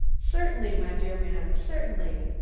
certainly, my dear man, certainly!